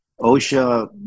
osha